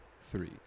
three